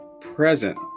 present